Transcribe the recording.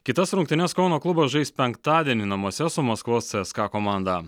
kitas rungtynes kauno klubas žais penktadienį namuose su maskvos cska komanda